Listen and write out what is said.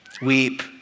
Weep